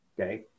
Okay